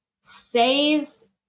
say's